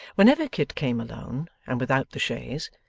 whenever kit came alone, and without the chaise,